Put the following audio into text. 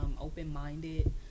open-minded